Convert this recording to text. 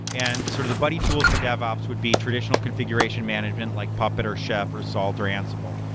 and sort of the body tools for dev ops would be traditional configuration management, like puppet, or chef, or salt, or ansible.